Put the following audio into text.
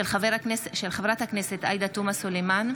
של חברת הכנסת עאידה תומא סלימאן,